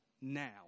now